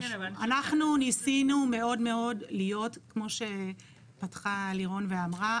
אנחנו ניסינו מאוד להיות כמו שפתחה לירון ואמרה,